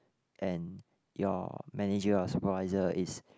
and your manager or supervisor is